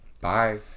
Bye